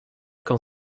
quand